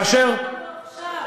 תצילו אותנו עכשיו.